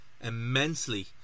immensely